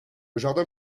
jardin